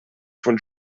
von